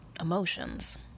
emotions